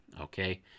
okay